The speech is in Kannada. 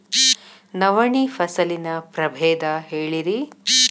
ನವಣಿ ಫಸಲಿನ ಪ್ರಭೇದ ಹೇಳಿರಿ